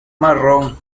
marrón